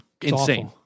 insane